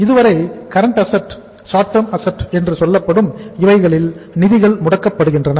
இதுவரை current asset என்று சொல்லப்படும் இவைகளில் நிதிகள் முடக்கப்படுகின்றன